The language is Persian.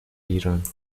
ایران